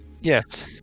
yes